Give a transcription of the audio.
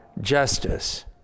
justice